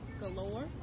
galore